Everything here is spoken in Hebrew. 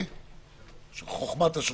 חוכמת השולחן.